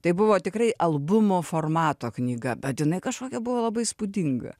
tai buvo tikrai albumo formato knyga bet jinai kažkokia buvo labai įspūdinga